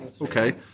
Okay